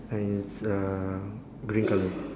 and it's uh green colour